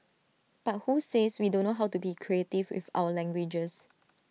but who says we don't know how to be creative with our languages